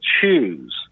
choose